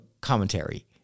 commentary